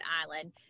Island